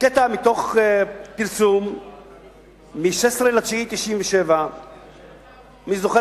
קטע מתוך פרסום מ-16 בספטמבר 1997. מי זוכר